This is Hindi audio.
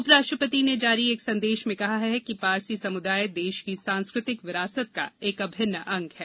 उप राष्ट्रपति ने जारी एक संदेश में कहा है कि पारसी समुदाय देश की सांस्कृतिक विरासत का एक अभिन्न अंग है